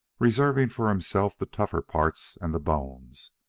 reserving for himself the tougher parts and the bones.